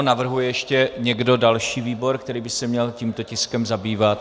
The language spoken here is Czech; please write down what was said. Navrhuje ještě někdo další výbor, který by se měl tímto tiskem zabývat?